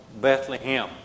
Bethlehem